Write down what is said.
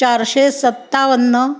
चारशे सत्तावन्न